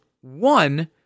One